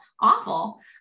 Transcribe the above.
awful